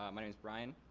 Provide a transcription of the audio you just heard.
um my name's brian.